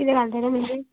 किदें घालतलें म्हणजे